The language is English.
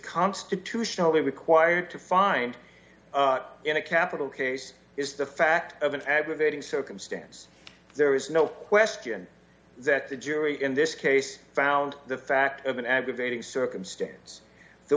constitutionally required to find out in a capital case is the fact of an aggravating circumstance there is no question that the jury in this case found the fact of an aggravating circumstance the